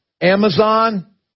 Amazon